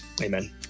Amen